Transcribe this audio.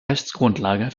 rechtsgrundlage